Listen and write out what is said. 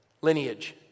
lineage